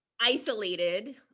isolated